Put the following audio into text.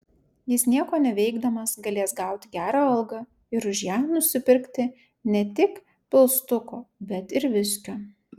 jis nieko neveikdamas galės gauti gerą algą ir už ją nusipirkti ne tik pilstuko bet ir viskio